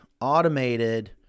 automated